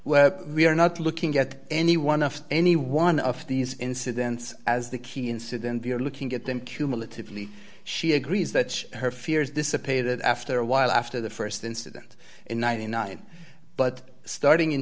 where we are not looking at anyone of any one of these incidents as the key incident you're looking at them cumulatively she agrees that her fears dissipated after a while after the st incident in ninety nine but starting in